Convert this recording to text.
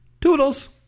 Toodles